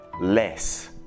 less